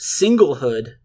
singlehood